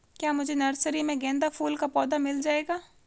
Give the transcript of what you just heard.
क्या मुझे नर्सरी में गेंदा फूल का पौधा मिल जायेगा?